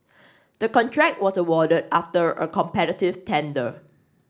the contract was awarded after a competitive tender